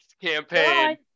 campaign